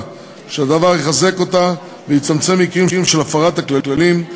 שהדבר יחזק אותה ויצמצם מקרים של הפרת הכללים,